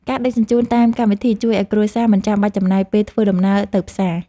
ការដឹកជញ្ជូនតាមកម្មវិធី ជួយឱ្យគ្រួសារមិនចាំបាច់ចំណាយពេលធ្វើដំណើរទៅផ្សារ។